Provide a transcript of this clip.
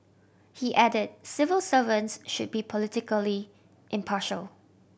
he added civil servants should be politically impartial